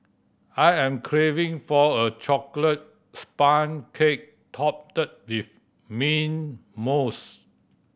I am craving for a chocolate sponge cake topped with mint mousse